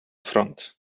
front